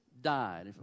died